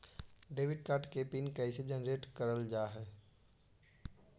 Debit card के PIN कैसे generate करल जाहै?